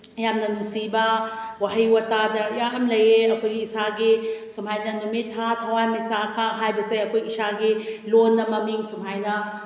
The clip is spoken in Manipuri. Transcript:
ꯌꯥꯝꯅ ꯅꯨꯡꯁꯤꯕ ꯋꯥꯍꯩ ꯋꯥꯇꯥꯗ ꯌꯥꯝ ꯂꯩꯌꯦ ꯑꯩꯈꯣꯏꯒꯤ ꯏꯁꯥꯒꯤ ꯁꯨꯃꯥꯏꯅ ꯅꯨꯃꯤꯠ ꯊꯥ ꯊꯋꯥꯟꯃꯤꯆꯥꯛꯀ ꯍꯥꯏꯕꯁꯦ ꯑꯩꯈꯣꯏ ꯏꯁꯥꯒꯤ ꯂꯣꯟꯗ ꯃꯃꯤꯡ ꯁꯨꯃꯥꯏꯅ